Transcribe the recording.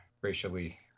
Racially